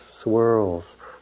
swirls